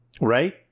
Right